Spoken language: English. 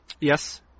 Yes